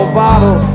bottle